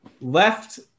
left